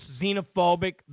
xenophobic